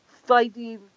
Fighting